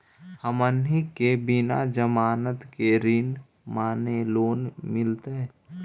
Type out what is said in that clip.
हमनी के बिना जमानत के ऋण माने लोन मिलतई?